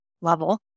level